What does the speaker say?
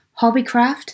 Hobbycraft